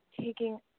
taking